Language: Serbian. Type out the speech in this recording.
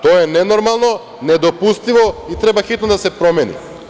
To je nenormalno, nedopustivo i treba hitno da se promeni.